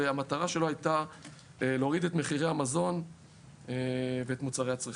והמטרה שלו הייתה להוריד את מחירי המזון ואת מחירי מוצרי הצריכה.